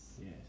Yes